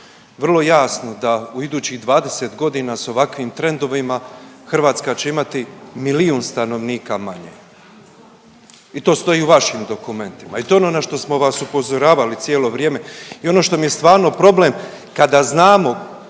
vrlo jasno da u idućih 20 godina s ovakvim trendovima Hrvatska će imati milijun stanovnika manje i to stoji u vašim dokumentima i to je ono na što smo vas upozoravali cijelo vrijeme i ono što mi je stvarno problem, kada znamo